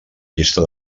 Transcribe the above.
llista